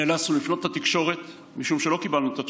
נאלצנו לפנות לתקשורת משום שלא קיבלנו את התשובות.